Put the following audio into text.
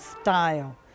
style